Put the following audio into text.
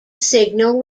signal